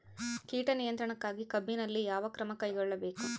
ಕೇಟ ನಿಯಂತ್ರಣಕ್ಕಾಗಿ ಕಬ್ಬಿನಲ್ಲಿ ಯಾವ ಕ್ರಮ ಕೈಗೊಳ್ಳಬೇಕು?